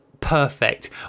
perfect